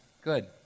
Good